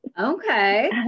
Okay